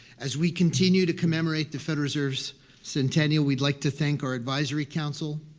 as we continue to commemorate the federal reserve's centennial, we'd like to thank our advisory council,